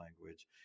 language